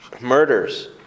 murders